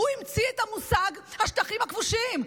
הוא המציא את המושג "השטחים הכבושים".